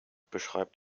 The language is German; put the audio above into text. beschreibt